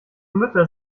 mütter